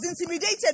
intimidated